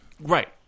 right